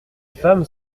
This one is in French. femmes